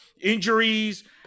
Injuries